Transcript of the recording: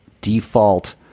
default